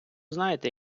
знаєте